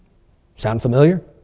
sound familiar?